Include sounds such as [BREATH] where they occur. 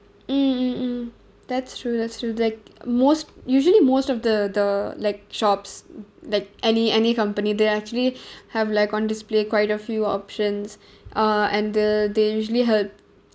mm mm mm that's true that's true like most usually most of the the like shops like any any company they actually [BREATH] have like on display quite a few options uh and the they usually help